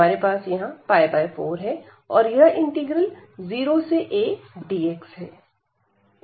हमारे पास यहां 4 है और यह इंटीग्रल 0 से a dx है